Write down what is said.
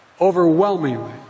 Overwhelmingly